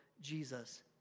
Jesus